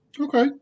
Okay